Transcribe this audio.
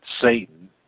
Satan